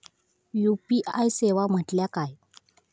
UPI सेवा म्हटल्या काय?